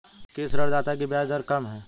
किस ऋणदाता की ब्याज दर कम है?